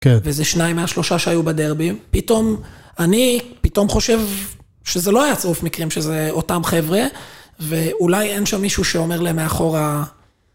כן. וזה שניים מהשלושה שהיו בדרבים. פתאום... אני, פתאום חושב שזה לא היה צירוף מקרים, שזה אותם חבר'ה, ואולי אין שם מישהו שאומר להם מאחורה...